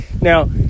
Now